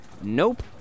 Nope